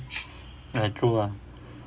ah true ah